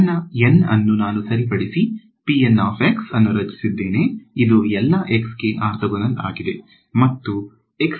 ನನ್ನ N ಅನ್ನು ನಾನು ಸರಿಪಡಿಸಿ ಅನ್ನು ರಚಿಸಿದ್ದೇನೆ ಇದು ಎಲ್ಲಾ x ಗೆ ಆರ್ಥೋಗೋನಲ್ ಆಗಿದೆ ಮತ್ತು